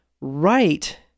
right